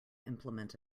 implement